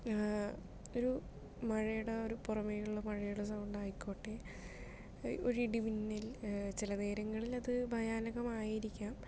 ഒരു മഴയുടെ ആ ഒരു പുറമെയുള്ള മഴയുടെ സൗണ്ട് ആയിക്കോട്ടെ ഒരിടിമിന്നൽ ചില നേരങ്ങളിലത് ഭയാനകമായിരിക്കാം